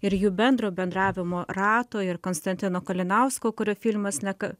ir jų bendro bendravimo rato ir konstantino kalinausko kurio filmas neka